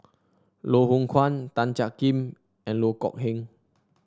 Loh Hoong Kwan Tan Jiak Kim and Loh Kok Heng